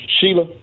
Sheila